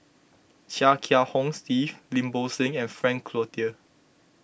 Chia Kiah Hong Steve Lim Bo Seng and Frank Cloutier